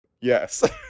yes